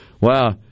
Wow